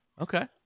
Okay